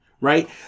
right